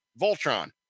Voltron